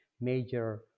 major